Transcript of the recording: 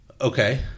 Okay